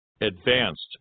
advanced